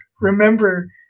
remember